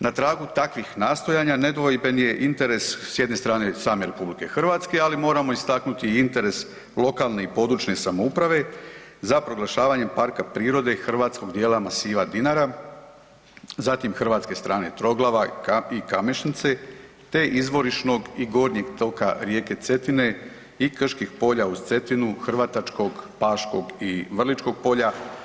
Na tragu takvih nastojanja nedvojben je interes s jedne strane same RH, ali moramo istaknuti interes lokalne i područne samouprave za proglašavanje parka prirode hrvatskog dijela masiva Dinara, zatim hrvatske strane Troglava i Kamešnice te izvorišnog i gornjeg toga rijeke Cetine i krških polja uz Cetinu, Hrvatačkog, Paškog i Vrličkog polja.